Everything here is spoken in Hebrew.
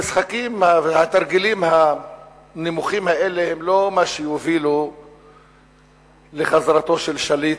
המשחקים והתרגילים הנמוכים האלה הם לא מה שיוביל לחזרתו של שליט,